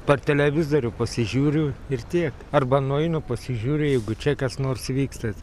per televizorių pasižiūriu ir tiek arba nueinu pasižiūriu jeigu čia kas nors vyksta